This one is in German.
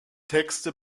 texte